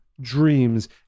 dreams